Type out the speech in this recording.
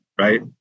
right